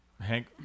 Hank